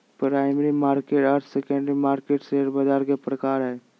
primary market आर secondary market share बाज़ार के प्रकार हइ